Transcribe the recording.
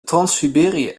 transsiberië